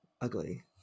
ugly